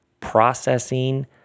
processing